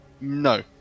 No